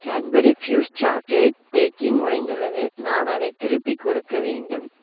Cadbury Fuse chocolate packing உடைந்துள்ளது நான் அதைத் திருப்பிக் கொடுக்க வேண்டும்